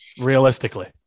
realistically